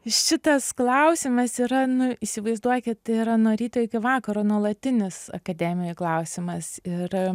šitas klausimas yra nu įsivaizduokit yra nuo ryto iki vakaro nuolatinis akademijoj klausimas ir